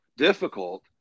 difficult